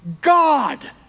God